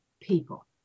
people